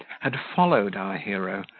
had followed our hero,